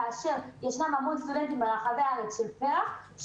כאשר יש המון סטודנטים של פר"ח ברחבי הארץ שעושים